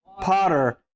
potter